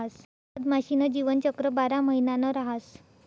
मधमाशी न जीवनचक्र बारा महिना न रहास